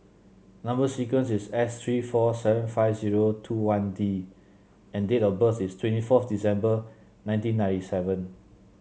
number sequence is S three four seven five zero two one D and date of birth is twenty fourth December nineteen ninety seven